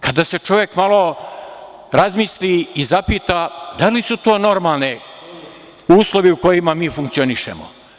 Kada se čovek malo razmisli i zapita da li su to normalni uslovi u kojima mi funkcionišemo?